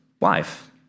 life